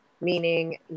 meaning